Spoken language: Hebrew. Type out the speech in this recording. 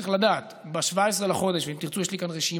צריך לדעת שב-17 בחודש, ואם תרצו יש לי כאן רשימה,